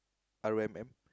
R_O_M_M